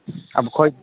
अब खोई